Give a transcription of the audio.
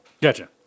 Gotcha